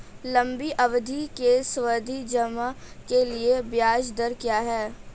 लंबी अवधि के सावधि जमा के लिए ब्याज दर क्या है?